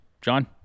John